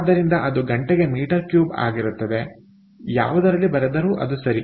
ಆದ್ದರಿಂದ ಅದು ಗಂಟೆಗೆ ಮೀಟರ್ ಕ್ಯೂಬ್ ಆಗಿರುತ್ತದೆ ಯಾವುದರಲ್ಲಿ ಬಂದರೂ ಅದು ಸರಿ